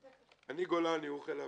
כי אני גולני ואתה חיל האוויר.